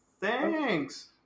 Thanks